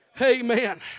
Amen